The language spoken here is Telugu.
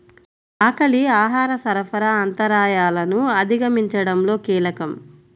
ఆకలి ఆహార సరఫరా అంతరాయాలను అధిగమించడంలో కీలకం